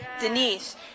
Denise